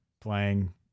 playing